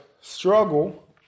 struggle